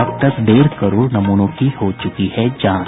अब तक डेढ़ करोड़ नमूनों की हो चुकी है जांच